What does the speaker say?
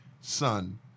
son